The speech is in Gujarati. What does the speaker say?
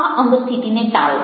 આ અંગસ્થિતિને ટાળો